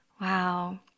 Wow